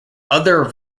other